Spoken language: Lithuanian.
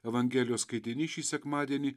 evangelijos skaitinys šį sekmadienį